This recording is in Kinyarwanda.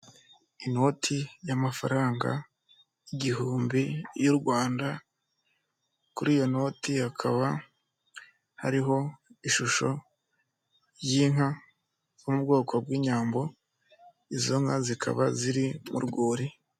Inoti y'amafaranga igihumbi y'u Rwanda kuri iyo noti hakaba hariho ishusho y'inka yo mu bwoko bw'inyambo izo nka zikaba ziri mu rwuri.